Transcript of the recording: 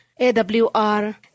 AWR